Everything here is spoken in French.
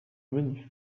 menu